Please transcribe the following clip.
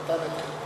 החינוך נתן את חלקו.